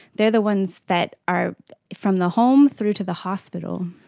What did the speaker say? they are the ones that are from the home through to the hospital.